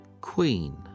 queen